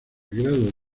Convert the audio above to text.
grado